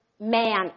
man